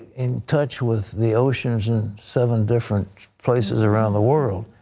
in touch with the oceans in seven different places around the world.